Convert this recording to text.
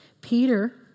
Peter